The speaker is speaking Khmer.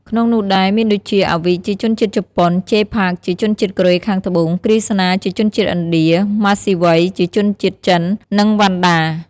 ក្នុងនោះដែរមានដូចជា Awich ជាជនជាតិ ជប៉ុន) , Jay Park ជាជនជាតិ កូរ៉េខាងត្បូង, KR$NA ជាជនជាតិ ឥណ្ឌា, Masiwei ជាជនជាតិ ចិន និង វណ្ណដា។